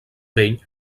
vell